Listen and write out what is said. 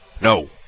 no